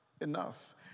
enough